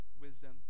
wisdom